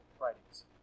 writings